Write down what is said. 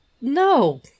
no